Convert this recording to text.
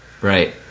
Right